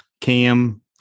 cam